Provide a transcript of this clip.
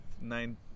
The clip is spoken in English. nine